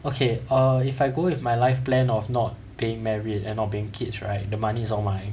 okay err if I go with my life plan of not being married and not being kids right the money is all mine